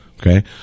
okay